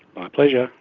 my pleasure,